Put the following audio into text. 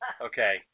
Okay